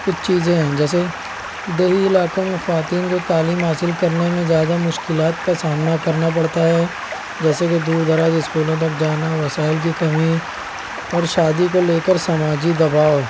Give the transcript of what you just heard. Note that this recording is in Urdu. کچھ چیزیں ہیں جیسے دیہی علاقوں میں خواتین کو تعلیم حاصل کرنے میں زیادہ مشکلات کا سامنا کرنا پڑتا ہے جیسے کہ دور دراز اسکولوں تک جانا وسائل کی کمی اور شادی کو لے کر سماجی دباؤ